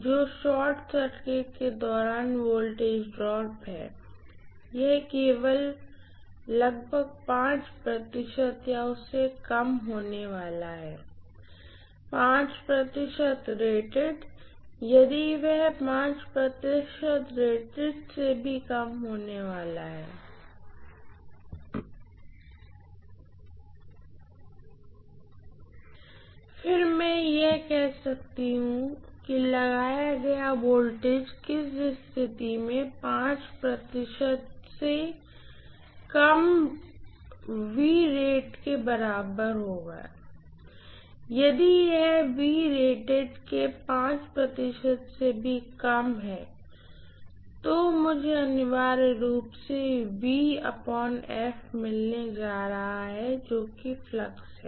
जो short circuit के दौरान वोल्टेज ड्रॉप है यह केवल लगभग प्रतिशत या उससे कम होने वाला है 5 प्रतिशत यदि यह सेप्रतिशत से कम होने वाला है फिर मैं कह सकती हूँ कि लगाया गया वोल्टेज किस स्थिति में प्रतिशत से कम के बराबर है इसलिए यदि यह के प्रतिशत से भी कम है तो मुझे अनिवार्य रूप से मिलने जा रहा है जो फ्लक्स है